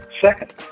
Second